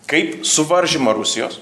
kaip suvaržymą rusijos